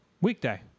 Weekday